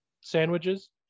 sandwiches